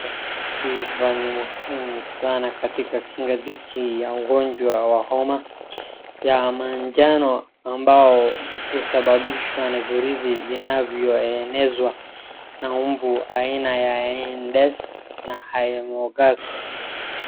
Tiba ni muhimu sana katika kinga dhidi ya ugonjwa wa homa ya manjano ambayo husababishwa na virusi vinavyoenezwa na mbuu aina ya indes na haemogas .